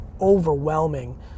overwhelming